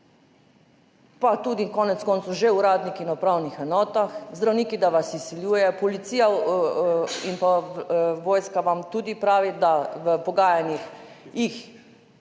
pa tudi konec koncev že uradniki na upravnih enotah, zdravniki, da vas izsiljujejo, policija in vojska vam tudi pravita, da jih v pogajanjih